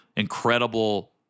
incredible